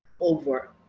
over